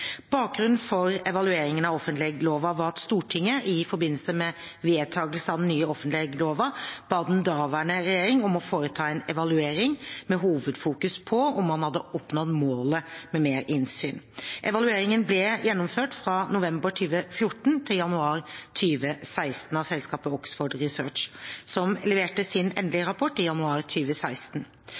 Bakgrunnen for evalueringen av offentleglova var at Stortinget i forbindelse med vedtakelse av den nye offentleglova bad daværende regjering om å foreta en evaluering med hovedfokus på om man hadde oppnådd målet om økt innsyn. Evalueringen ble gjennomført fra november 2014 til januar 2016 av selskapet Oxford Research, som leverte sin endelige rapport i januar